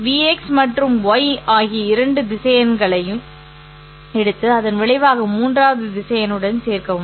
vex மற்றும் ́y ஆகிய இரண்டு திசையன்களை எடுத்து அதன் விளைவாக மூன்றாவது திசையனுடன் சேர்க்கவும்